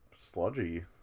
sludgy